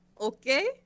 okay